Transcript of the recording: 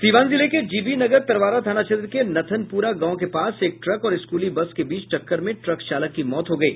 सीवान जिले के जीबी नगर तरवारा थाना क्षेत्र के नथनपुरा गांव के पास एक ट्रक और स्कूली बस के बीच टक्कर में ट्रक चालक की मौत हो गयी